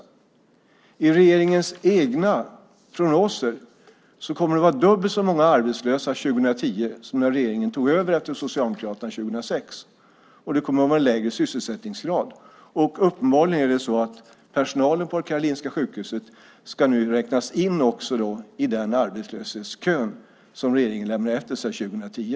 Enligt regeringens egna prognoser kommer det att vara dubbelt så många arbetslösa 2010 som när regeringen tog över efter Socialdemokraterna 2006, och det kommer att vara en lägre sysselsättningsgrad. Personalen på Karolinska sjukhuset ska nu räknas in i den arbetslöshetskö som regeringen lämnar efter sig 2010.